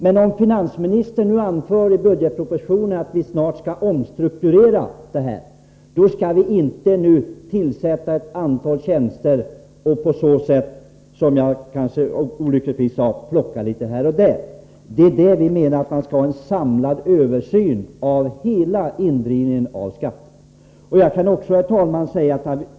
Men om finansministern i budgetpropositionen anför att organisationen snart skall omstruktureras, skall vi inte nu tillsätta ett antal tjänster och — som jag kanske litet olyckligt formulerade det — plocka litet här och där. Vi menar att man skall göra en samlad översyn av hela skatteindrivningen. Herr talman!